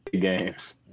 games